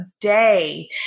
day